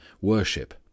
worship